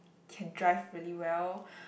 can drive really well